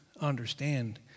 understand